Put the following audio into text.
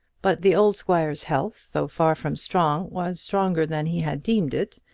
but the old squire's health, though far from strong, was stronger than he had deemed it,